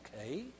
okay